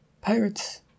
Pirates